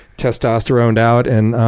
testosteroned out. and